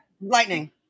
Lightning